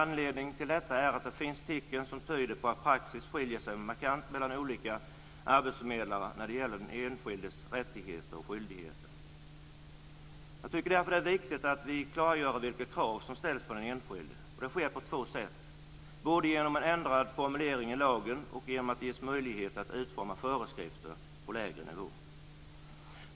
Anledningen till detta är att det finns tecken som tyder på att praxis skiljer sig markant mellan olika arbetsförmedlare när det gäller den enskildes rättigheter och skyldigheter. Det är därför viktigt att vi klargör vilka krav som ställs på den enskilde. Det sker på två sätt, både genom en ändrad formulering i lagen och genom att det ges möjlighet att utforma föreskrifter på lägre nivå.